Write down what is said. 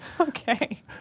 Okay